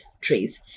trees